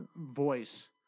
voice